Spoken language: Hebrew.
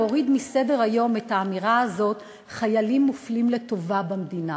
להוריד מסדר-היום את האמירה הזאת: חיילים מופלים לטובה במדינה.